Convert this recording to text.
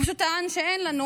הוא פשוט טען שאין לנו